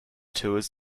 tours